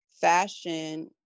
fashion